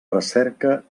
recerca